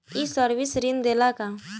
ये सर्विस ऋण देला का?